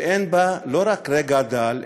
ואין בה לא רק רגע דל,